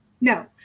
No